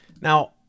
Now